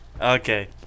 okay